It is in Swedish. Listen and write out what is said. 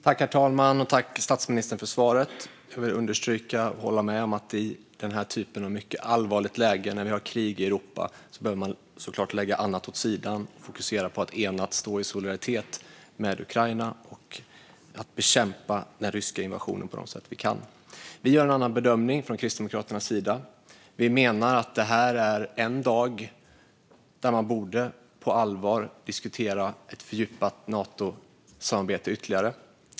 Herr talman! Tack för svaret, statsministern! Jag vill understryka att jag håller med om att vi i den här typen av mycket allvarligt läge, när vi har krig i Europa, behöver lägga annat åt sidan och fokusera på att enade stå i solidaritet med Ukraina och bekämpa den ryska invasionen på de sätt vi kan. Vi gör en annan bedömning från Kristdemokraternas sida. Vi menar att det här är en dag då man på allvar borde diskutera ett fördjupat Natosamarbete ytterligare.